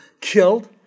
killed